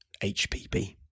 HPP